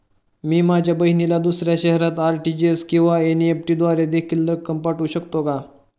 मी माझ्या बहिणीला दुसऱ्या शहरात आर.टी.जी.एस किंवा एन.इ.एफ.टी द्वारे देखील रक्कम पाठवू शकतो का?